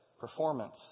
performance